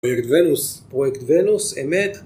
פרויקט ונוס, פרויקט ונוס, אמת